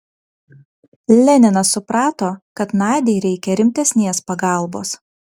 leninas suprato kad nadiai reikia rimtesnės pagalbos